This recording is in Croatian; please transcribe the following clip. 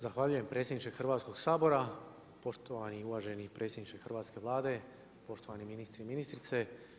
Zahvaljujem predsjedniče Hrvatskoga sabora, poštovani i uvaženi predsjedniče hrvatske Vlade, poštovani ministri i ministrice.